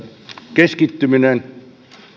keskittyminen